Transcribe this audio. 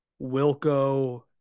Wilco